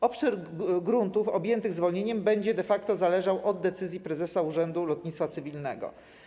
Obszar gruntów objętych zwolnieniem będzie de facto zależał od decyzji prezesa Urzędu Lotnictwa Cywilnego.